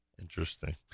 Interesting